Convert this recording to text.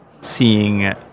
seeing